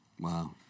Wow